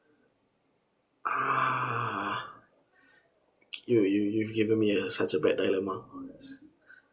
ah you you you've given me a such a bad dilemma